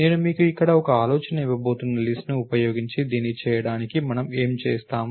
నేను మీకు ఇక్కడ ఒక ఆలోచన ఇవ్వబోతున్న లిస్ట్ ను ఉపయోగించి దీన్ని చేయడానికి మనము ఏమి చేస్తాము